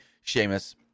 Sheamus